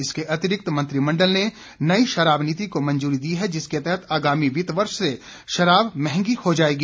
इसके अतिरिक्त मंत्रिमंडल ने नई शराब नीति को मंजूरी दी है जिसके तहत आगामी वित्त वर्ष से शराब महंगी हो जाएगी